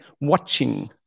watching